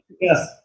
Yes